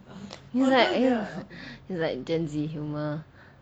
he's like yeah he's like gen z humour